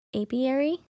apiary